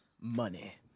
money